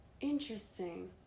Interesting